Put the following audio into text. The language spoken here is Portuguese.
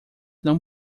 não